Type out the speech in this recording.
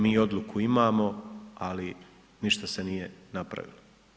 Mi odluku imamo, ali ništa se nije napravilo.